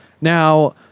Now